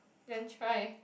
then try